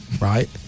right